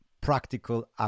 practical